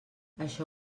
això